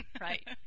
Right